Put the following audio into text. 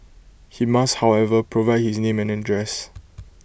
he must however provide his name and address